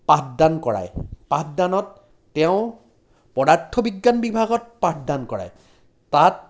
পাঠদান কৰায় পাঠদানত তেওঁ পদাৰ্থ বিজ্ঞান বিভাগত পাঠদান কৰায় তাত